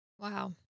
Wow